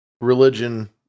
Religion